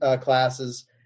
classes